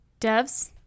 Devs